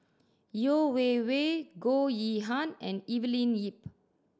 Yeo Wei Wei Goh Yihan and Evelyn Lip